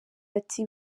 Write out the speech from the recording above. ati